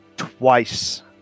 Twice